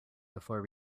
before